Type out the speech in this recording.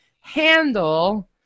handle